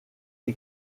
est